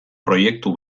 proiektu